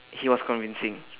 he was convincing